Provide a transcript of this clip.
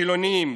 חילונים,